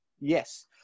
yes